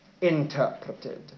interpreted